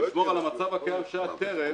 וישמור על המצב שהיה טרם,